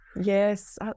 Yes